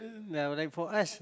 uh like for us